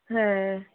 হ্যাঁ